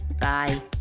Bye